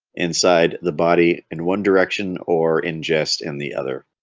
inside the body in one direction or ingest and the other